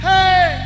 Hey